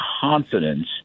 confidence